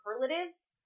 superlatives